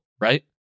right